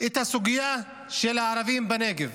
את הסוגיה של הערבים בנגב,